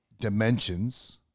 dimensions